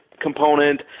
component